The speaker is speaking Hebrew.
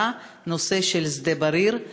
שאני לא זוכרת את מספרה, את הנושא של שדה-בריר.